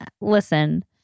listen